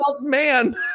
man